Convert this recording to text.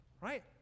right